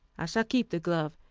i shall keep the glove,